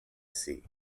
sea